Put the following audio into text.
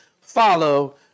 follow